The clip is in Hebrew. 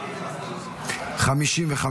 נתקבל.